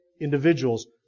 individuals